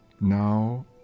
Now